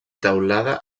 teulada